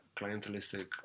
clientelistic